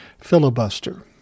filibuster